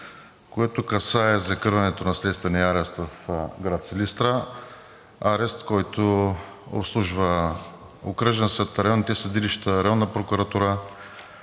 което касае закриването на следствения арест в град Силистра, арест, който обслужва окръжния съд, районните съдилища, районната прокуратура,